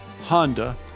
Honda